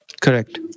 Correct